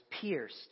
pierced